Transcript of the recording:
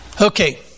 Okay